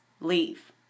leave